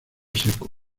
seco